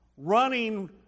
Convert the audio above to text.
Running